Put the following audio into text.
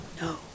no